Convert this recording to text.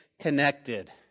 connected